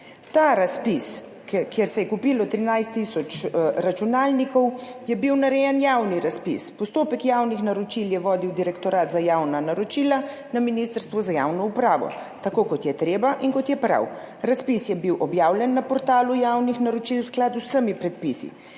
Ta razpis, kjer se je kupilo 13 tisoč računalnikov, je bil narejen javni razpis, postopek javnih naročil je vodil Direktorat za javna naročila na Ministrstvu za javno upravo, tako kot je treba in kot je prav. Razpis je bil objavljen na portalu javnih naročil, v skladu z vsemi **71.